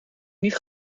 niet